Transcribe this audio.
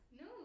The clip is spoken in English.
No